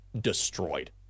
destroyed